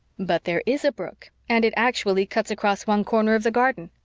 but there is a brook and it actually cuts across one corner of the garden.